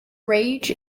rage